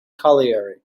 colliery